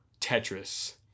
Tetris